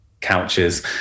couches